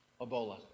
Ebola